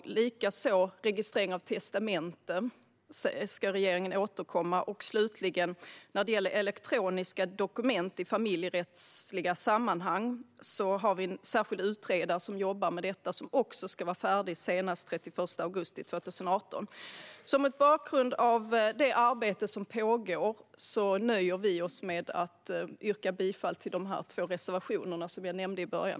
Även när det gäller registrering av testamenten ska regeringen återkomma. När det gäller elektroniska dokument i familjerättsliga sammanhang har vi en särskild utredare som jobbar med detta. Också den utredningen ska vara färdig senast den 31 augusti 2018. Mot bakgrund av det arbete som pågår nöjer jag mig med att yrka bifall till de två reservationerna som jag nämnde i början.